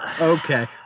okay